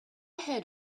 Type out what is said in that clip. heard